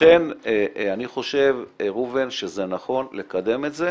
לכן אני חושב, ראובן, שזה נכון לקדם את זה.